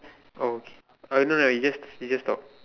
oh oh no no you just you just talk